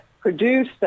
produce